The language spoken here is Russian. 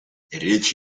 речь